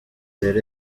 rero